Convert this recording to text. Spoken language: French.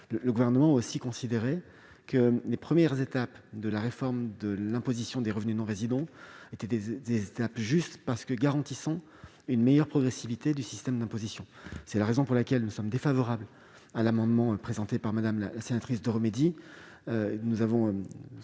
Le Gouvernement a aussi estimé que les premières étapes de la réforme de l'imposition des revenus non-résidents étaient justes, parce qu'elles garantissent une meilleure progressivité du système d'imposition. C'est la raison pour laquelle nous sommes défavorables à l'amendement présenté par Mme la sénatrice Deromedi.